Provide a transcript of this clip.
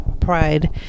pride